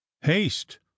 haste